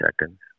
seconds